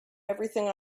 everything